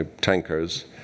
tankers